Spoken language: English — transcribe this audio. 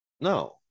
no